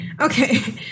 Okay